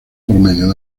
promedio